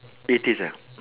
eighties ah